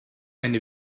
eine